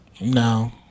no